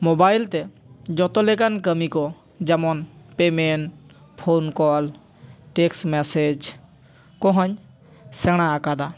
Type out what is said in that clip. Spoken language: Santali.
ᱢᱳᱵᱟᱭᱤᱞ ᱛᱮ ᱡᱚᱛᱚ ᱞᱮᱠᱟᱱ ᱠᱟᱹᱢᱤ ᱠᱚ ᱡᱮᱢᱚᱱ payment phone call texts message ᱠᱚᱦᱚᱧ ᱥᱮᱬᱟ ᱟᱠᱟᱫᱟ